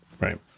Right